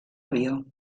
avió